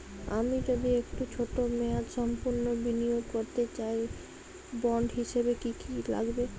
আমি যদি একটু ছোট মেয়াদসম্পন্ন বিনিয়োগ করতে চাই বন্ড হিসেবে কী কী লাগবে?